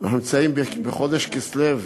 אנחנו נמצאים בחודש כסלו.